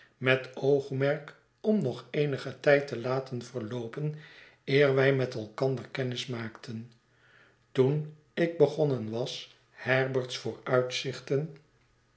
met oogmerk om nog eenigen tijd te laten verloopen eer wij met elkander kennis maakten toen ik begonnen was herbert's